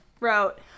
Wrote